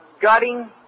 gutting